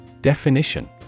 Definition